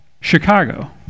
Chicago